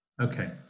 Okay